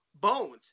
bones